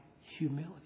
humility